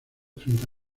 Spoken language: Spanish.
frente